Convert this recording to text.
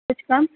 کچھ کم